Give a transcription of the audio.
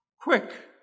quick